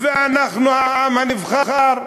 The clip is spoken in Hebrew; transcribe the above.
ואנחנו העם הנבחר,